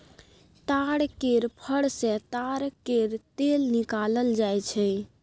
ताड़ केर फर सँ ताड़ केर तेल निकालल जाई छै